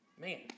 Man